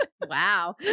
Wow